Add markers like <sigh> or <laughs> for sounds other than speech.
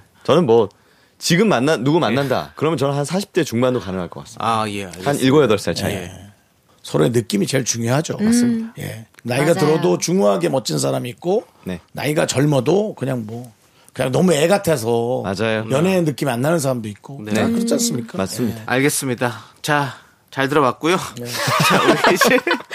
저는 뭐, 지금 만나- 누구 만난다, 예. 그러면 저는 한 40대 중반도 가능할 것 같습니다. 아, 예, 알겠습니다. 한 일곱 여덟 살 차이. 예. 예. 서로의 느낌이 제일 중요하죠. 음. 맞습니다. 예. 나이가 맞아요. 들어도 중후하게 멋진 사람이 있고 네. 나이가 젊어도 그냥 뭐, 그냥 너무 애 같아서 맞아요. 연애의 네. 느낌이 안 나는 사람도 있고 네. 그렇지 않습니까? 맞습니다. 네. 알겠습니다. 자, 잘 들어봤고요. 네. <laughs> 자, 우리 이제